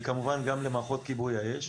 וכמובן גם למערכות כיבוי האש,